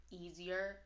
easier